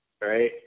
Right